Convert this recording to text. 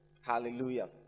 hallelujah